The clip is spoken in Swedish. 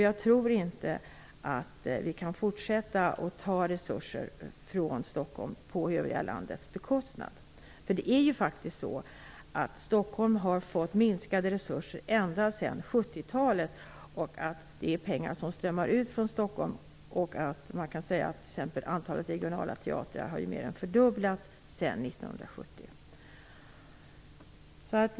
Jag tror inte att vi kan fortsätta att ge resurser till övriga landet på Stockholms bekostnad. Det är ju faktiskt så att Stockholm har fått minskade resurser ända sedan 70-talet. Samtidigt har antalet regionala teatrar mer än fördubblats sedan 1970.